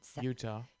Utah